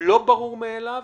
לא ברור מאליו